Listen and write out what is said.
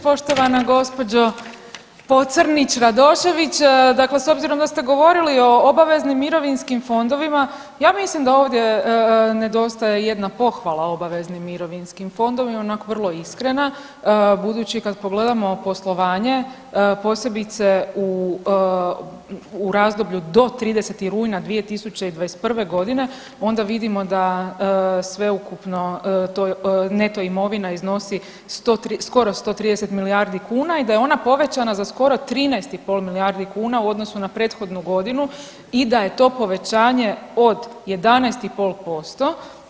Poštovana gospođo Pocrnić Radošević, dakle s obzirom da ste govorili o obaveznim mirovinskim fondovima, ja mislim da ovdje nedostaje jedna pohvala obaveznim mirovinskim fondovima onako vrlo iskrena, budući kad pogledamo poslovanje posebice u, u razdoblju do 30. rujna 2021. godine onda vidimo da sveukupno to, neto imovina iznosi skoro 130 milijardi kuna i da je ona povećana za skoro 13,5 milijardi kuna u odnosu na prethodnu godinu i da je to povećanje od 11,5%